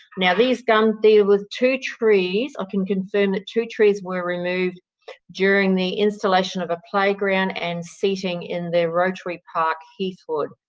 now, these gum there were two trees. i can confirm that two trees were removed during the installation of a playground and seating in the rotary park heathwood.